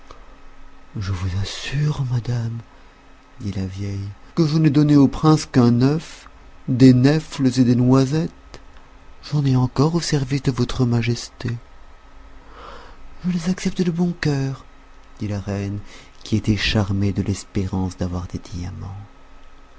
je vous assure madame dit la vieille que je n'ai donné au prince qu'un œuf des nèfles et des noisettes j'en ai encore au service de votre majesté je les accepte de bon cœur dit la reine qui était charmée de l'espérance d'avoir des diamants